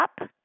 up